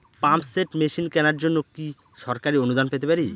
Pump set machine কেনার জন্য কি সরকারি অনুদান পেতে পারি?